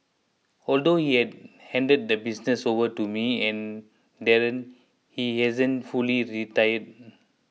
although he has handed the business over to me and Darren he hasn't fully retired